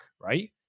right